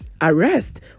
arrest